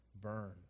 burned